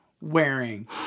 wearing